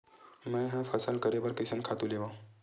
मैं ह फसल करे बर कइसन खातु लेवां?